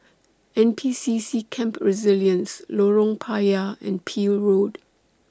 N P C C Camp Resilience Lorong Payah and Peel Road